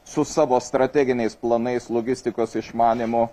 su savo strateginiais planais logistikos išmanymu